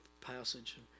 passage